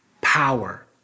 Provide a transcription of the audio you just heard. power